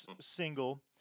single